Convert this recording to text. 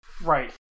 right